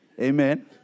Amen